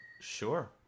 Sure